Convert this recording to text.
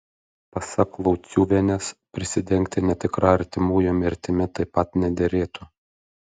pasak lauciuvienės prisidengti netikra artimųjų mirtimi taip pat nederėtų